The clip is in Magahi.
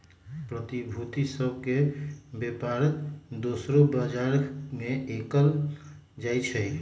प्रतिभूति सभ के बेपार दोसरो बजार में कएल जाइ छइ